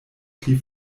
pli